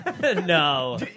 No